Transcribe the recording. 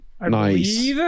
Nice